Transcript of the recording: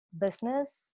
business